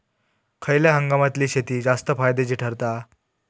खयल्या हंगामातली शेती जास्त फायद्याची ठरता?